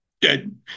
dead